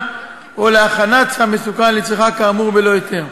או להכנת סם מסוכן לצריכה כאמור בלא היתר.